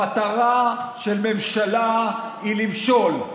המטרה של ממשלה היא למשול.